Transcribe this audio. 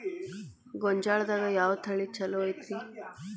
ಗೊಂಜಾಳದಾಗ ಯಾವ ತಳಿ ಛಲೋ ಐತ್ರಿ?